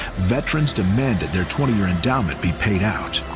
veterans demanded their twenty year endowment be paid out.